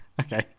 Okay